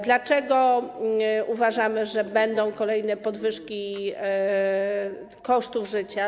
Dlaczego uważamy, że będą kolejne podwyżki kosztów życia?